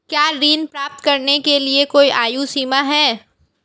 क्या ऋण प्राप्त करने के लिए कोई आयु सीमा है?